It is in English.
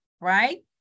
right